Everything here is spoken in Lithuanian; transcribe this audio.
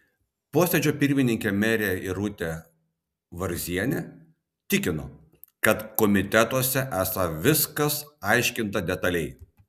posėdžio pirmininkė merė irutė varzienė tikino kad komitetuose esą viskas aiškinta detaliai